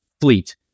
fleet